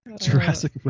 Jurassic